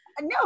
No